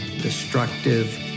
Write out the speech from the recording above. destructive